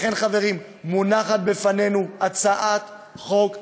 לכן, חברים, מונחת בפנינו הצעת חוק חשובה,